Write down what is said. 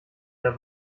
der